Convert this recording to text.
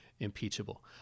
Impeachable